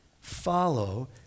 follow